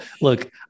look